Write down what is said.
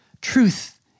truth